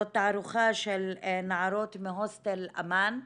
זו תערוכה של נערות מהוסטל אמאם,